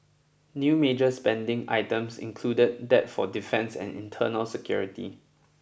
new major spending items included that for defence and internal security